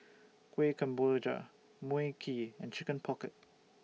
Kuih Kemboja Mui Kee and Chicken Pocket